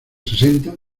sesenta